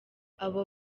abo